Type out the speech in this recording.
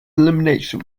elimination